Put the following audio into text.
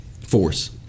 Force